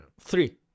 three